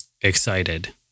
Excited